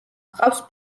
ჰყავს